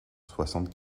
soixante